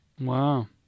Wow